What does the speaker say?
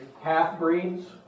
half-breeds